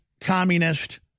communist